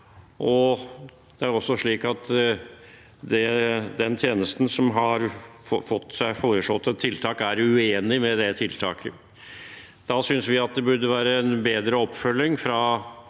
Det kan også være slik at den tjenesten som har fått seg foreslått tiltak, er uenig i det tiltaket. Da synes vi at det burde være en bedre oppfølging fra